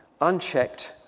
unchecked